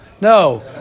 No